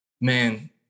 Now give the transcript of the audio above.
man